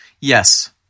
yes